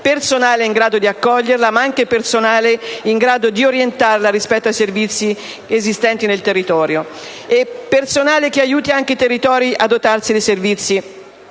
personale in grado di accoglierla, ma anche di orientarla rispetto ai servizi esistenti nel territorio, e personale che aiuti anche i territori a dotarsi di servizi